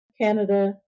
Canada